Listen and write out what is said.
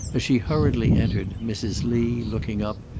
as she hurriedly entered, mrs. lee, looking up,